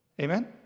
Amen